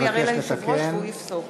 אני מצטער,